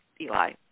Eli